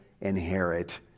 inherit